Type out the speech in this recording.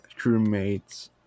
crewmates